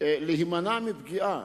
להימנע מפגיעה.